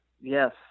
Yes